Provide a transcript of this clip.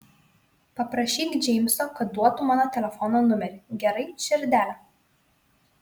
paprašyk džeimso kad duotų mano telefono numerį gerai širdele